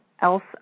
else